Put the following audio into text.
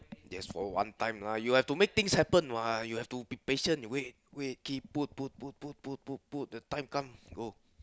just for one time lah you have to make things happen what you have to be patient to wait wait keep put put put put put put put the time come go